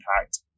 impact